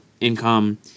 income